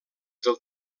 del